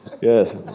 Yes